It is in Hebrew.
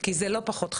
כי זה לא פחות חשוב.